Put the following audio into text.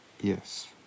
Yes